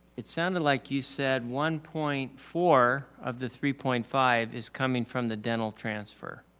it sounded like you said one point four of the three point five is coming from the dental transfer.